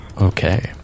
okay